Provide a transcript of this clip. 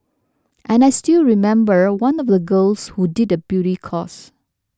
and I still remember one of the girls who did a beauty course